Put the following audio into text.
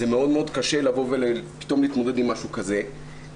קשה מאוד פתאום להתמודד עם משהו כזה.